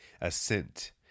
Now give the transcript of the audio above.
ascent